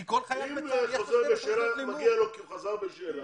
אם לחוזר בשאלה מגיע כי הוא חזר בשאלה.